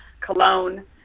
Cologne